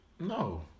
No